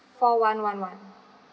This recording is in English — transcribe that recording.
four one one one